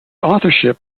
authorship